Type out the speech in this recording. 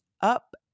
up